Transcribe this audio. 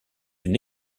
une